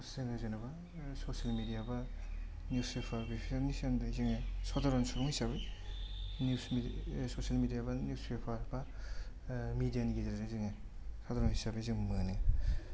जोङो जेनेबा social media बा निउस पेपार बेफोरनि सोमोन्दै जोङो सादारन सुबुं हिसाबै निउस मिडिया ससियेल मिडिया एबा निउस पेपार बा मिडियानि गेजेरजों जोङो सादारन हिसाबै जों मोनो